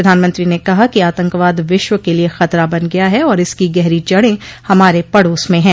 प्रधानमंत्री ने कहा कि आतंकवाद विश्व के लिए खतरा बन गया है और इसकी गहरी जड़ें हमारे पड़ोस में हैं